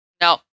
No